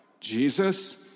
Jesus